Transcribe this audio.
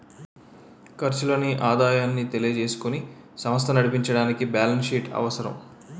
ఖర్చులను ఆదాయాన్ని తెలియజేసుకుని సమస్త నడిపించడానికి బ్యాలెన్స్ షీట్ అవసరం